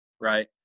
Right